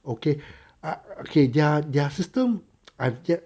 okay uh okay their their system I've yet